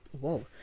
whoa